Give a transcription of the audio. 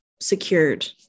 secured